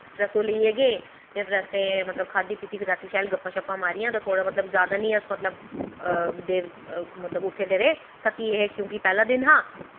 फिर अस ओह् लेइयै गे ते फिर असें ओह् मतलब खाद्दी पीती फिर रातीं गप्पां शप्पां मारियां फिर जैदा निं अस मतलब उट्ठे दे रेह् थक्की दे हे कि के मतलब पैह्ला दिन हा